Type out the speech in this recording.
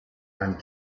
and